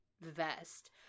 vest